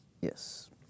Yes